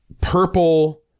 purple